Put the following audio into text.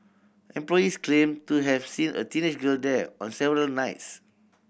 employees claimed to have seen a teenage girl there on several nights